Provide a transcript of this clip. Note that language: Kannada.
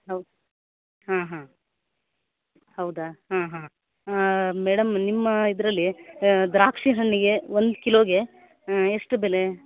ಹೌ ಹಾಂ ಹಾಂ ಹೌದಾ ಹಾಂ ಹಾಂ ಮೇಡಮ್ ನಿಮ್ಮ ಇದರಲ್ಲಿ ದ್ರಾಕ್ಷಿ ಹಣ್ಣಿಗೆ ಒಂದು ಕಿಲೋಗೆ ಎಷ್ಟು ಬೆಲೆ